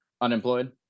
Unemployed